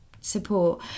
support